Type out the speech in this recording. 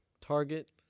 Target